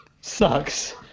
...sucks